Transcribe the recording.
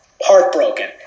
heartbroken